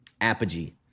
Apogee